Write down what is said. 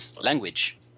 language